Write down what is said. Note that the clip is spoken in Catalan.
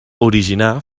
originar